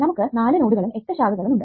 നമുക്ക് 4 നോഡുകളും 8 ശാഖകളും ഉണ്ട്